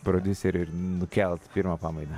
prodiuseriui ir nukelt pirmą pamainą